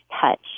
touch